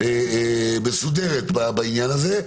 מסודרת בעניין הזה?